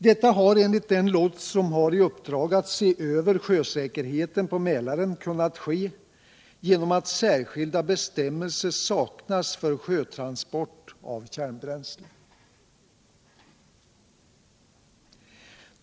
Detta har, enligt den lots som har i uppdrag att se över sjösäkerheten på Mälaren, kunnat ske genom att särskilda bestämmelser för sjötransport av kärnbränsle saknas.